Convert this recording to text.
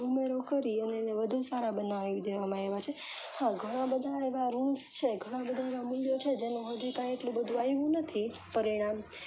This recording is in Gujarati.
ઉમેરો કરી અને એને વધુ સારા બનાવી દેવામાં આવ્યાં છે હા ઘણાં બધાં એવા રૂલ્સ છે ઘણાં બધાં એવા મૂલ્યો છે એનું હજી કાંઈ એટલું બધું આવ્યું નથી પરિણામ